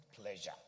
pleasure